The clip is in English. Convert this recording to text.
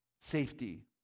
safety